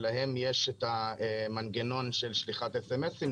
שלהם יש מנגנון של שליחת סמ"סים.